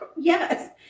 Yes